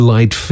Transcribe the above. Light